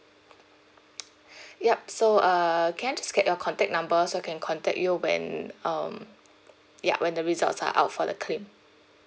yup so err can I just get your contact number so I can contact you when um yup when the results are out for the claim